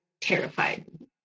terrified